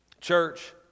Church